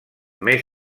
més